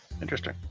interesting